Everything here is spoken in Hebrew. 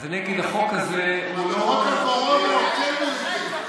אז אני אגיד: החוק הזה בחוק הקורונה הוצאנו את זה.